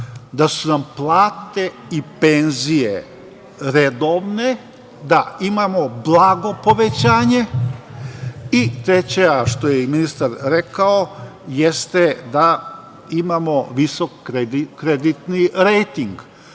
da su nam plate i penzije redovne, da imamo blago povećanje i treće, a što je ministar i rekao, jeste da imamo visok kreditni rejting.